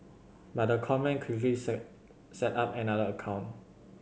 but the con man quickly set up another account